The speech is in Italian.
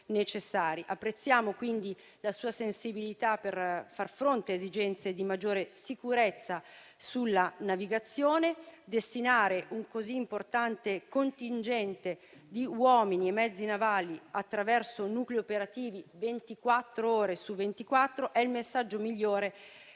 Apprezziamo la sua sensibilità nel far fronte a esigenze di maggiore sicurezza sulla navigazione. Destinare un così importante contingente di uomini e mezzi navali, attraverso nuclei operativi ventiquattr'ore su ventiquattro, è il messaggio migliore